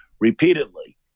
repeatedly